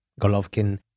Golovkin